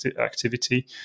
activity